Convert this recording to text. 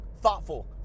Thoughtful